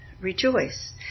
Rejoice